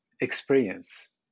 experience